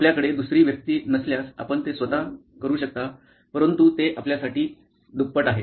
आपल्याकडे दुसरी व्यक्ती नसल्यास आपण ते स्वतः करू शकता परंतु ते आपल्यासाठी दुप्पट आहे